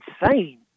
insane